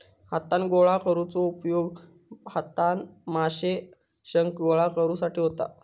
हातान गोळा करुचो उपयोग हातान माशे, शंख गोळा करुसाठी होता